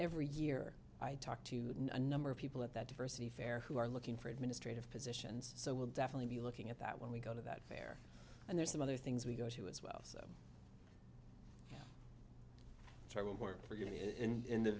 every year i talked to a number of people at that diversity fair who are looking for administrative positions so we'll definitely be looking at that when we go to that fair and there's some other things we go to as well